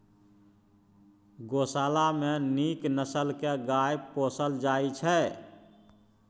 गोशाला मे नीक नसल के गाय पोसल जाइ छइ